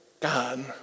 God